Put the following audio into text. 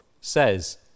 says